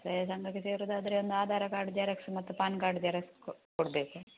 ಸೇವ ಸಂಘಕ್ಕೆ ಸೇರೋದಾದ್ರೆ ಒಂದು ಆಧಾರ ಕಾರ್ಡು ಜೆರಕ್ಸು ಮತ್ತು ಪಾನ್ ಕಾರ್ಡ್ ಜೆರಾಕ್ಸು ಕೊಡ ಕೊಡಬೇಕು